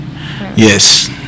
yes